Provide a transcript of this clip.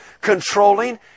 controlling